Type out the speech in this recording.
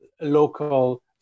local